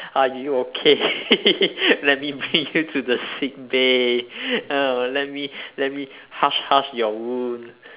are you okay let me bring you to the sick bay oh let me let me hush hush your wound